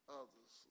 others